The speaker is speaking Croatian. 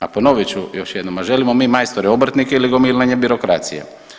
A ponovit ću još jednom, a želimo mi majstore obrtnike ili gomilanje birokracije?